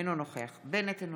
אינו נוכח נפתלי בנט,